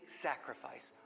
sacrifice